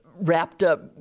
wrapped-up